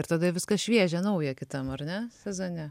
ir tada viskas šviežia nauja kitam ar ne sezone